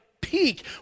peak